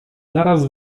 naraz